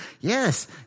yes